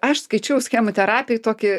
aš skaičiau schemų terapijoj tokį